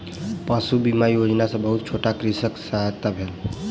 पशु बीमा योजना सॅ बहुत छोट कृषकक सहायता भेल